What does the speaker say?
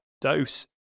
dose